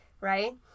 right